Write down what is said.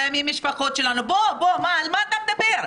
על מה אתה מדבר?